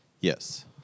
Yes